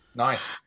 Nice